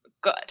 good